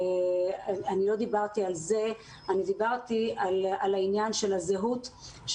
אני לא דיברתי על זה אלא על עניין הזהות.